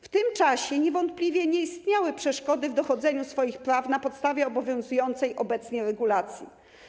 W tym czasie niewątpliwie nie istniały przeszkody w dochodzeniu swoich praw na podstawie obowiązującej obecnie regulacji.